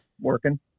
working